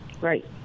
Right